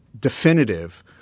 definitive